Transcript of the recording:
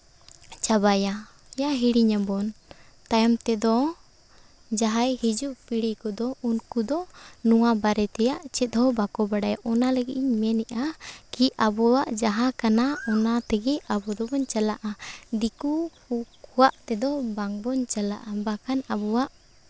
ᱪᱟᱵᱟᱭᱟ ᱭᱟ ᱦᱤᱲᱤᱧᱟᱵᱚᱱ ᱛᱟᱭᱚᱢ ᱛᱮᱫᱚ ᱡᱟᱦᱟᱸᱭ ᱦᱤᱡᱩᱜ ᱯᱤᱲᱦᱤ ᱠᱚᱫᱚ ᱩᱱᱠᱩ ᱫᱚ ᱱᱚᱣᱟ ᱵᱟᱨᱮ ᱛᱮᱭᱟᱜ ᱪᱮᱫ ᱦᱚᱸ ᱵᱟᱠᱚ ᱵᱟᱲᱟᱭᱟ ᱚᱱᱟ ᱞᱟᱹᱜᱤᱫ ᱤᱧ ᱢᱮᱱᱮᱫᱼᱟ ᱠᱤ ᱟᱵᱚᱣᱟᱜ ᱡᱟᱦᱟᱸ ᱠᱟᱱᱟ ᱚᱱᱟ ᱛᱮᱜᱮ ᱟᱵᱚ ᱫᱚᱵᱚᱱ ᱪᱟᱞᱟᱜᱼᱟ ᱫᱤᱠᱩ ᱠᱚᱣᱟᱜ ᱛᱮᱫᱚ ᱵᱟᱝᱵᱚᱱ ᱪᱟᱞᱟᱜᱼᱟ ᱵᱟᱠᱷᱟᱱ ᱟᱵᱚᱣᱟᱜ